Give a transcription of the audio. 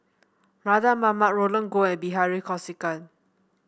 Mardan Mamat Roland Goh and Bilahari Kausikan